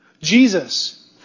Jesus